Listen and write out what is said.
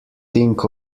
think